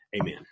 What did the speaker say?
Amen